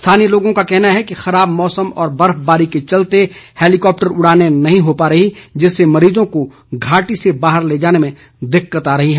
स्थानीय लोगों का कहना है कि खराब मौसम और बर्फबारी के चलते हैलीकॉप्टर उड़ाने भी नहीं हो पा रही हैं जिससे मरीजों को घाटी से बाहर ले जाने में दिक्कत आ रही है